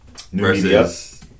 versus